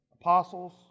apostles